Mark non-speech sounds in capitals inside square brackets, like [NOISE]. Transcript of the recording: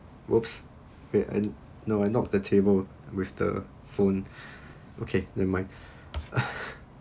whoops ya un~ no I knock the table with the phone okay nevermind [LAUGHS]